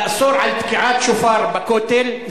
לאסור תקיעת שופר בכותל,